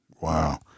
wow